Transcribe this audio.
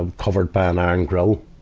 um covered by an iron grill.